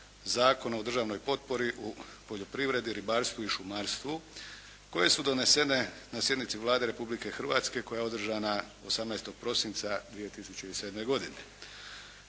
Zakona o državnoj potpori u poljoprivredi, ribarstvu i šumarstvu koje su donesene na sjednici Vlade Republike Hrvatske koja je održana 18. prosinca 2007. godine.